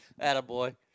Attaboy